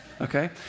Okay